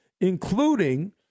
including